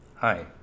Hi